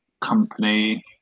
company